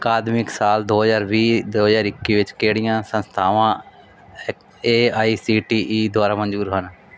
ਅਕਾਦਮਿਕ ਸਾਲ ਦੋ ਹਜ਼ਾਰ ਵੀਹ ਦੋ ਹਜ਼ਾਰ ਇੱਕੀ ਵਿੱਚ ਕਿਹੜੀਆਂ ਸੰਸਥਾਵਾਂ A I C T E ਦੁਆਰਾ ਮਨਜ਼ੂਰ ਹਨ